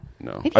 No